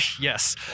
Yes